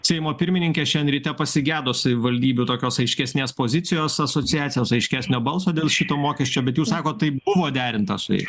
seimo pirmininkė šiandien ryte pasigedo savivaldybių tokios aiškesnės pozicijos asociacijos aiškesnio balso dėl šito mokesčio bet jūs sakot tai buvo derinta su jais